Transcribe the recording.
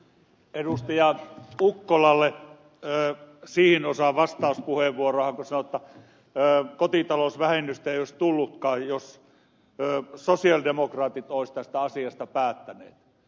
ukkolalle siihen osaan vastauspuheenvuoroa kun hän sanoi että kotitalousvähennystä ei olisi tullutkaan jos sosialidemokraatit olisivat tästä asiasta päättäneet